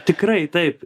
tikrai taip